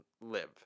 live